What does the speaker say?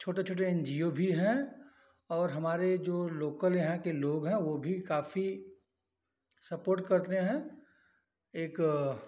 छोटे छोटे N G O भी हैं और हमारे जो लोकल यहाँ के लोग हैं वह भी काफी सपोर्ट करते हैं एक